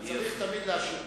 צריך תמיד להשאיר משהו.